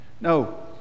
No